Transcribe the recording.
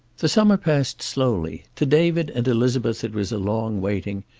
the summer passed slowly. to david and elizabeth it was a long waiting,